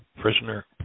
prisoner